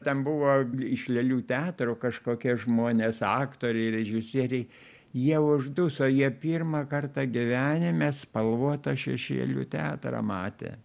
ten buvo iš lėlių teatro kažkokie žmonės aktoriai režisieriai jie užduso jie pirmą kartą gyvenime spalvotą šešėlių teatrą matė